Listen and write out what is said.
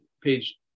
page